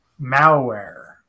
malware